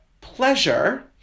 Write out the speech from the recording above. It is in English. pleasure